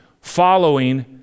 following